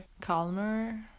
calmer